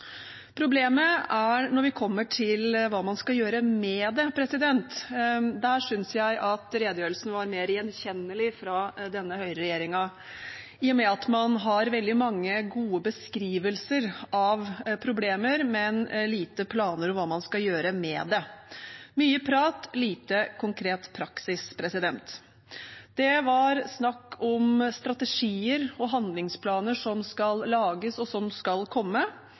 Problemet er når vi kommer til hva man skal gjøre med det. Der synes jeg redegjørelsen var mer gjenkjennelig fra denne høyreregjeringen i og med at man har veldig mange gode beskrivelser av problemer, men lite planer om hva man skal gjøre med det – mye prat, lite konkret praksis. Det var snakk om strategier og handlingsplaner som skal lages, og som skal komme